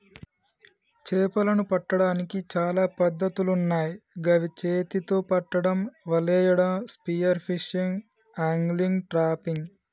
చేపలను పట్టడానికి చాలా పద్ధతులున్నాయ్ గవి చేతితొ పట్టడం, వలేయడం, స్పియర్ ఫిషింగ్, ఆంగ్లిగ్, ట్రాపింగ్